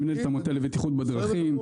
אני מנהל את המטה לבטיחות בדרכים.